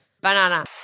Banana